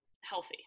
healthy